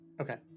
okay